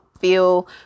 feel